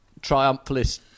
triumphalist